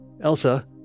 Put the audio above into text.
Elsa